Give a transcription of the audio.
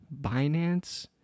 Binance